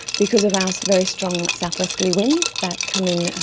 because of our very strong south-westerly winds that come in,